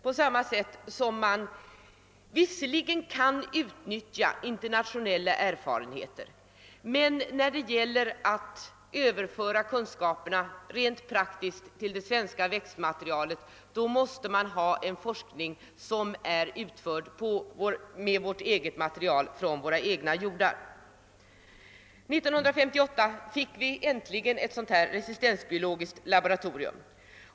Vi kan visserligen också utnyttja internationella erfarenheter på detta område, men när det gäller att rent praktiskt överföra kunskaperna till det svenska vätxmaterialet måste vi bygga på forskning som är utförd på material från egna jordar, År 1958 fick vi äntligen ett resistensbiologiskt laboratorium.